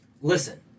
Listen